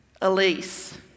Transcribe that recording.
Elise